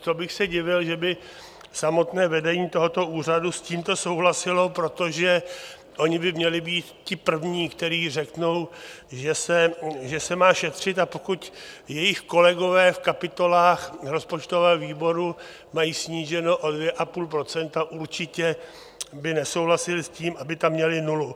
To bych se divil, že by samotné vedení tohoto úřadu s tímto souhlasilo, protože oni by měli být ti první, kteří řeknou, že se má šetřit, a pokud jejich kolegové v kapitolách rozpočtového výboru mají sníženo o 2,5 %, určitě by nesouhlasili s tím, aby tam měli nulu.